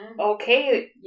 okay